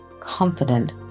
Confident